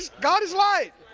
god is light.